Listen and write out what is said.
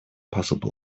possible